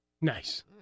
Nice